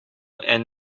and